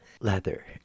leather